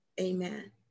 Amen